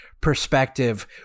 perspective